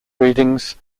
readings